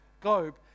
globe